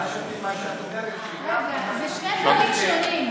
מה שאת אומרת זה שגם, אלה שני דברים שונים.